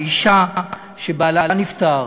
אישה שבעלה נפטר